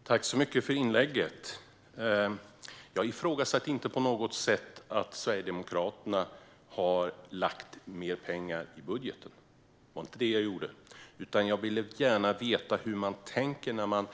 Fru talman! Tack så mycket för inlägget! Jag ifrågasätter inte på något sätt att Sverigedemokraterna har lagt mer pengar i budgeten. Det var inte det jag gjorde, utan vad jag vill veta är hur man tänker när man